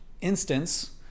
instance